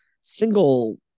single